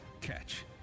Catch